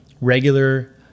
regular